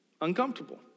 Uncomfortable